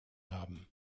haben